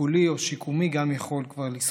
טיפולי או שיקומי גם יכול כבר לשחות.